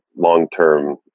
long-term